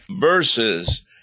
verses